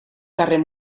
carrer